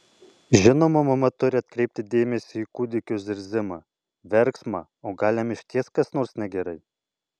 žinoma mama turi atkreipti dėmesį į kūdikio zirzimą verksmą o gal jam išties kas nors negerai